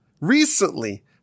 recently